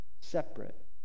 separate